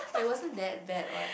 but it wasn't that bad what